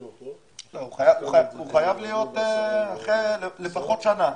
הוא חייב להיות לפחות שנה.